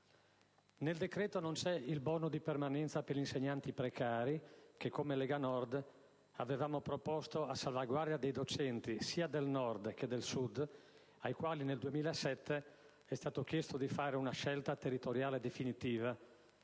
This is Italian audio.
Nel decreto non c'è il *bonus* di permanenza per gli insegnanti precari che, come Lega Nord, avevamo proposto a salvaguardia dei docenti, sia del Nord che del Sud, ai quali nel 2007 è stato chiesto di fare una scelta territoriale definitiva,